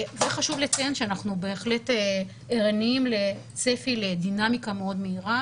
חשוב לציין שאנחנו בהחלט ערניים לצפי ודינמיקה מאוד מהירה